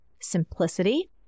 Simplicity